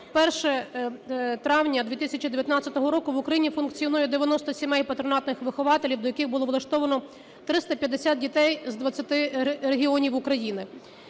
1 травня 2019 року в Україні функціонує 90 сімей патронатних вихователів, до яких було влаштовано 350 дітей з 20 регіонів України.